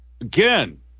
Again